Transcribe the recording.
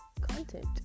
content